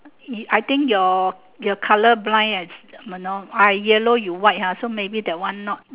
I think your you're colour blind ah as you know I yellow you white ha so maybe the one not